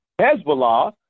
Hezbollah